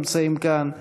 נמצאים כאן,